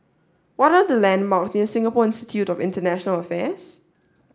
what are the landmarks near Singapore Institute of International Affairs